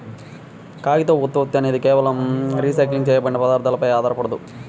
కాగితపు ఉత్పత్తి అనేది కేవలం రీసైకిల్ చేయబడిన పదార్థాలపై ఆధారపడదు